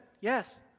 Yes